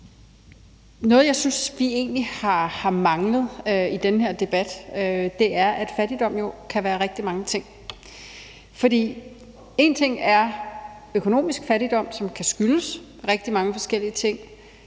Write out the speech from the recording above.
Noget, jeg synes vi egentlig har manglet i den her debat, er, at fattigdom jo kan være rigtig mange ting. For én ting er økonomisk fattigdom, som kan skyldes rigtig mange forskellige ting,